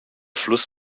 fluss